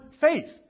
faith